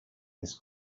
this